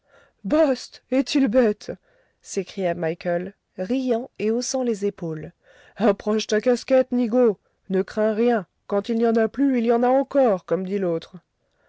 bast est-il bête s'écria michaël riant et haussant les épaules approche ta casquette nigaud ne crains rien quand il n'y en a plus il y en a encore comme dit l'autre